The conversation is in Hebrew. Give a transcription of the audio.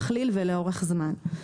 מכליל ולאורך זמן.